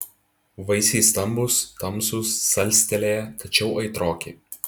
vaisiai stambūs tamsūs salstelėję tačiau aitroki